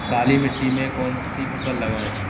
काली मिट्टी में कौन सी फसल लगाएँ?